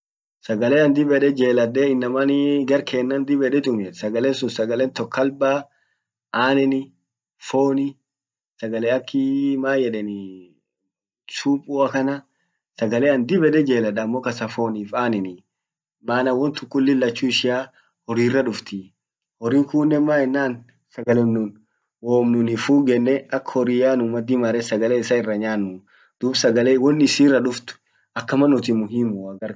sagale an dib yede jeladde inaman garkenna dib yede tumiet sagalen sun sagalen tok kalba ,anani ,foni sagale akii man yedeni supu kana sagale an dib yede jeled amo kasa fonif ananii mana wontun kulli lachu ishia horri irra duftii horin kunen man yenan sagalum num wom nun fugenne ak horia nu madi mare sagale isa irra nyanuu dub sagale won isirra duft akama nuti muhimua gar kanken.